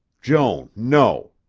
joan! no!